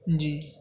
جی